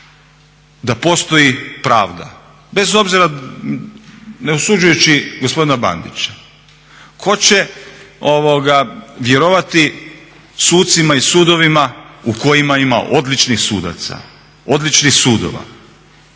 da postoji pravda, ne osuđujući gospodina Bandića? Tko će vjerovati sucima i sudovima u kojima ima odličnih sudaca, odličnih sudova